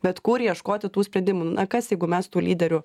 bet kur ieškoti tų sprendimų na kas jeigu mes tų lyderių